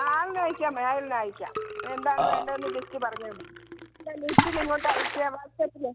ആ ആളിനെ അയക്കാം ആളിനെ അയക്കാം എന്താണ് വേണ്ടതെന്ന് ലിസ്റ്റ് പറഞ്ഞാൽ മതി ഇതാ ലിസ്റ്റിൽ ഇങ്ങോട്ട് അയച്ചെ വാട്ട്സപ്പില്